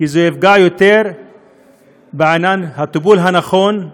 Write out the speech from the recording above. כי זה יפגע יותר בעניין הטיפול הנכון,